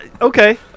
okay